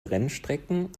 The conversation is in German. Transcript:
rennstrecken